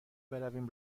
برویم